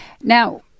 Now